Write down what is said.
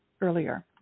earlier